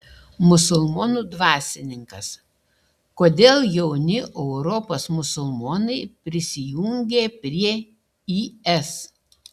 musulmonų dvasininkas kodėl jauni europos musulmonai prisijungia prie is